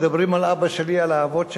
מדברים על אבא שלי, על האבות שלנו.